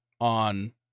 on